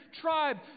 tribe